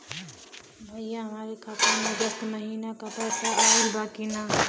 भईया हमरे खाता में अगस्त महीना क पैसा आईल बा की ना?